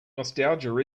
nostalgia